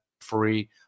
free